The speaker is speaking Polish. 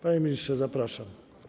Panie ministrze, zapraszam.